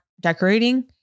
decorating